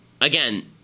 Again